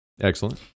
Excellent